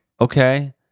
Okay